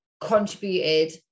contributed